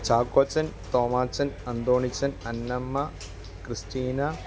Chackochan Thomachan Anthonychan Annamma Christina